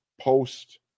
post